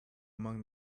among